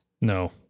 No